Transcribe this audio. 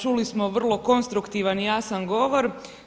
Čuli smo vrlo konstruktivan i jasan govor.